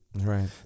Right